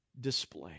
display